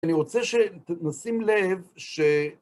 אני רוצה שנשים לב ש...